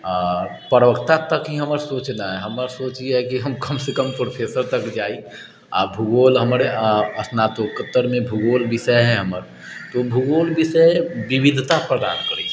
आओर प्रवक्ता तक ही हमर सोच नहि हमर सोच अइ कि हम कमसँ कम प्रोफेसरतक ले जाइ आओर भूगोल हमर आओर स्नातकोत्तरमे भूगोल विषय हइ हमर तऽ भूगोल विषय विविधता प्रदान करै छै